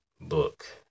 Book